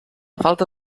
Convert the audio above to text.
falta